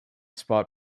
spot